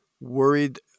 worried